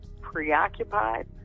preoccupied